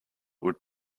would